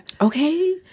Okay